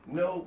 no